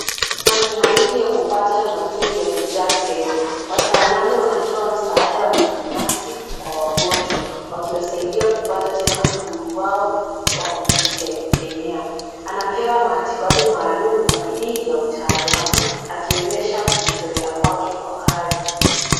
Matumaini ya kupata nafuu yamejaa tele , wataalamu wanatoa msaada wa kibinafsi kwa wagonjwa wakiwasidia kupata tena uhuru wao, wa kujitegemea. Anapewa matibabu maaalum kwa bidii na utaalamu akionyesha kujitolea kwake kwa kazi.